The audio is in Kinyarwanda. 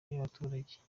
bw’abaturage